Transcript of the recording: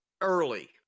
Early